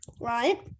right